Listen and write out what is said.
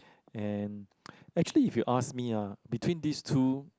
and actually if you ask me ah between these two